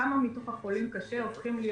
כמה מתוך החולים הופכים להיות